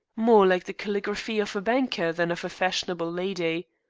more like the caligraphy of a banker than of a fashionable lady.